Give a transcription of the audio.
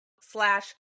slash